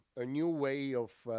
a new way of